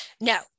no